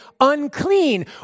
unclean